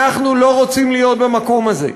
אנחנו לא רוצים להיות במקום הזה.